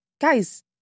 guys